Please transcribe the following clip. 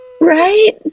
right